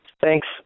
thanks